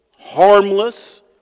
harmless